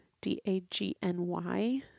D-A-G-N-Y